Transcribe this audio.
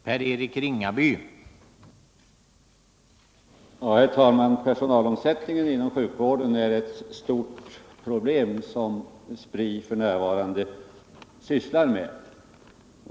Herr talman! Personalomsättningen inom sjukvården är ett stort problem som Spri f. n. sysslar med.